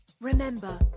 Remember